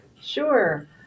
Sure